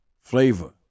flavor